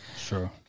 Sure